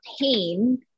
pain